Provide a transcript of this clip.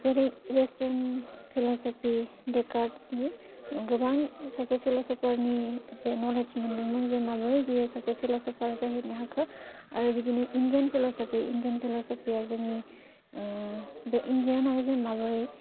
वेस्टर्टोन philosophy डेकार्टसनि गोबांसासे फिल'सफारनि जे नलेड्स मोनदोंमोन जे माबोरै बेयो सासे फिल'सफार जाहैनो हाखो आरो बिदिनो इन्डियान फिल'सफि इन्डियान फिल'सफारा जोंनि बे इन्डियानाव जे माबोरै